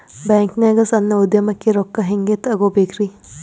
ಬ್ಯಾಂಕ್ನಾಗ ಸಣ್ಣ ಉದ್ಯಮಕ್ಕೆ ರೊಕ್ಕ ಹೆಂಗೆ ತಗೋಬೇಕ್ರಿ?